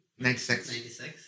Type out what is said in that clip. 96